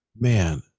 man